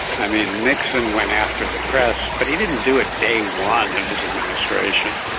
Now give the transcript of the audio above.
i mean, nixon went after the press but he didn't do it day one of his administration,